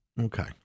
Okay